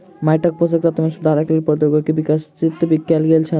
माइटक पोषक तत्व मे सुधारक लेल प्रौद्योगिकी विकसित कयल गेल छै